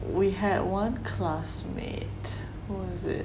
we had one classmate who was it